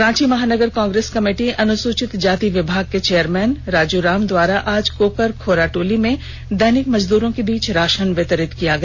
रांची महानगर कांग्रेस कमिटी अनुसूचित जाति विभाग के चौयरमैन श्री राजू राम के द्वारा आज कोकर खोरा टोली मे दैनिक मजदूरों के बीस राषन वितरण किया गया